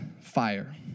fire